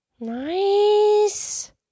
Nice